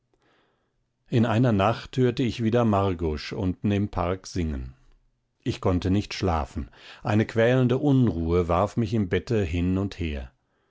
in einer nacht hörte ich wieder margusch unten im park singen ich konnte nicht schlafen eine quälende unruhe warf mich im bette hin und her